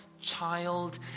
child